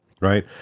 right